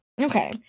Okay